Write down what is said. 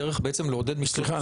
הדרך לעודד --- סליחה,